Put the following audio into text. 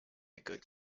good